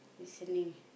listening